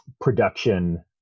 production